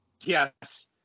Yes